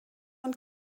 und